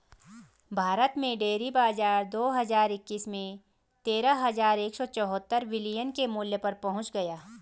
भारत में डेयरी बाजार दो हज़ार इक्कीस में तेरह हज़ार एक सौ चौहत्तर बिलियन के मूल्य पर पहुंच गया